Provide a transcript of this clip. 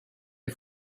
est